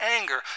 anger